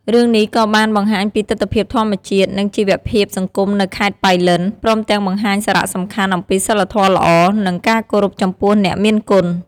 រឿងនេះក៏បានបង្ហាញពីទិដ្ឋភាពធម្មជាតិ និងជីវភាពសង្គមនៅខេត្តប៉ៃលិន ព្រមទាំងបង្ហាញសារៈសំខាន់អំពីសីលធម៌ល្អ និងការគោរពចំពោះអ្នកមានគុណ។